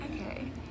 Okay